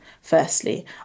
Firstly